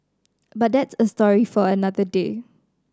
but that's a story for another day